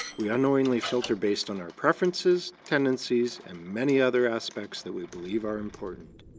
we unknowingly filter based on our preferences, tendencies, and many other aspects that we believe are important.